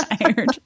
tired